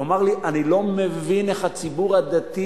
אמר לי: אני לא מבין איך הציבור הדתי